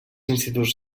instituts